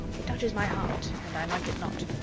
it touches my heart and i like it not.